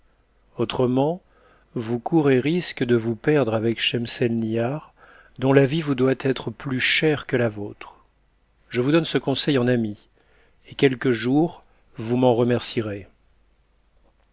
autrement vous courez risque de vous perdre avec schemselnihar dont la vie vous doit être plus chère que la vôtre je vous donne ce conseil en ami et quelque jour vous m'en remercierez